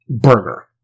Burger